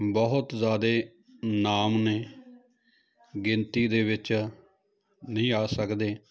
ਬਹੁਤ ਜ਼ਿਆਦੇ ਨਾਮ ਨੇ ਗਿਣਤੀ ਦੇ ਵਿੱਚ ਨਹੀਂ ਆ ਸਕਦੇ